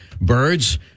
birds